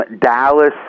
Dallas